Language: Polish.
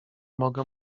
mogę